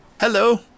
hello